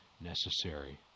necessary